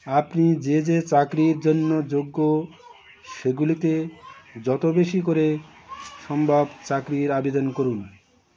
আপনি যে যে চাকরির জন্য যোগ্য সেগুলিতে যত বেশি করে সম্ভব চাকরির আবেদন করুন